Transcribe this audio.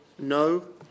No